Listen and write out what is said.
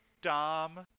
Dom